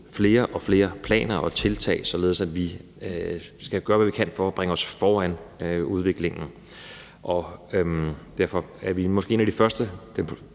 flere og flere planer og tiltag, således at vi skal gøre, hvad vi kan, for at bringe os foran udviklingen. Og derfor er vi måske den første